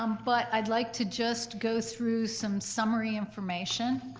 um but i'd like to just go through some summary information.